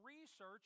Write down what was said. research